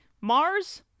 Mars